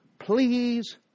Please